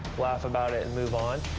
laugh about it, and move on.